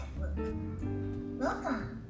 Welcome